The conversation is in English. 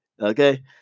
okay